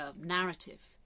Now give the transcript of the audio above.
narrative